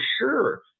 sure